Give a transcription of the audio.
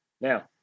Now